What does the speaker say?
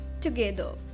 together